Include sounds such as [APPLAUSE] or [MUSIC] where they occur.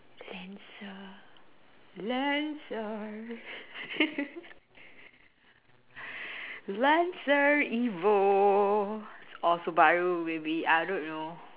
lancer lancer [LAUGHS] lancer evo or subaru maybe I don't know